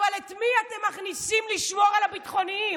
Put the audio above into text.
אבל את מי אתם מכניסים לשמור על הביטחוניים?